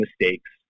mistakes